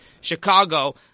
Chicago